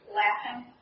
laughing